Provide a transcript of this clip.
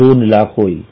२००००० होईल